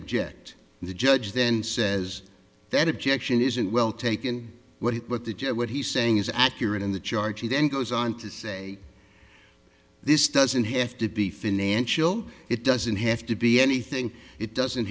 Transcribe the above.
object to the judge then says that objection isn't well taken what what the judge what he's saying is accurate and the charge he then goes on to say this doesn't have to be financial it doesn't have to be anything it doesn't